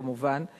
כמובן.